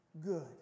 good